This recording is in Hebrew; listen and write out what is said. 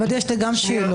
יש לי גם שאלות.